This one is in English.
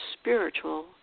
spiritual